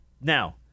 now